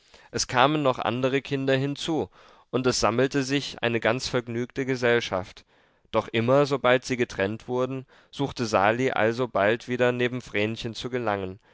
es kamen noch andere kinder hinzu und es sammelte sich eine ganz vergnügte gesellschaft doch immer sobald sie getrennt wurden suchte sali alsobald wieder neben vrenchen zu gelangen